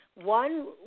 one